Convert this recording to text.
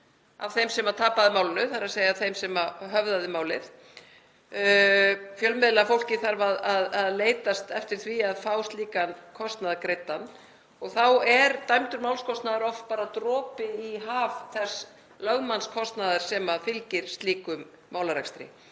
af þeim sem tapaði málinu, þ.e. þeim sem höfðaði málið. Fjölmiðlafólkið þarf að leitast eftir því að fá slíkan kostnað greiddan og þá er dæmdur málskostnaður oft bara dropi í haf þess lögmannskostnaðar sem fylgir slíkum málarekstri.